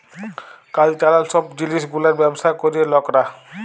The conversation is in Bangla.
কালচারাল সব জিলিস গুলার ব্যবসা ক্যরে লকরা